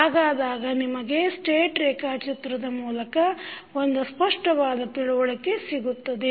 ಹಾಗಾದಾಗ ನಿಮಗೆ ಸ್ಟೇಟ್ ರೇಖಾಚಿತ್ರದ ಮೂಲಕ ಒಂದು ಸ್ಪಷ್ಟವಾದ ತಿಳುವಳಿಕೆ ಸಿಗುತ್ತದೆ